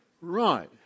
right